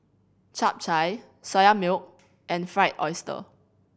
Chap Chai Soya Milk and Fried Oyster